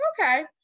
okay